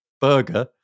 Burger